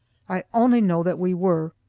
i only know that we were.